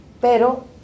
Pero